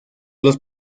los